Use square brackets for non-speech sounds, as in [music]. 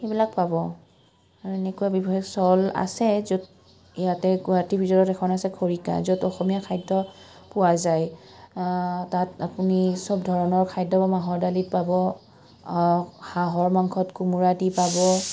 সেইবিলাক পাব আৰু এনেকুৱা [unintelligible] আছে য'ত ইয়াতে গুৱাহাটী ভিতৰত এখন আছে খৰিকা য'ত অসমীয়া খাদ্য পোৱা যায় তাত আপুনি চব ধৰণৰ খাদ্য বা মাহৰ দালিত পাব হাঁহৰ মাংসত কোমোৰা দি পাব